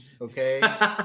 okay